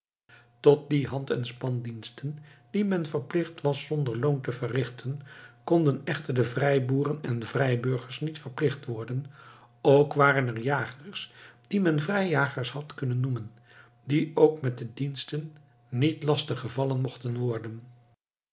tot die hand en spandiensten die men verplicht was zonder loon te verrichten konden echter de vrijboeren en vrijburgers niet verplicht worden ook waren er jagers die men vrijjagers had kunnen noemen die ook met die diensten niet lastig gevallen mochten worden